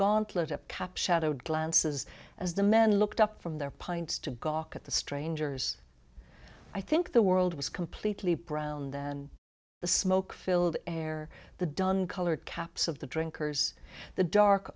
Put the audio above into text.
gauntlet of cap shadowed glances as the men looked up from their pints to god at the strangers i think the world was completely brown then the smoke filled air the dun colored caps of the drinkers the dark